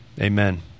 amen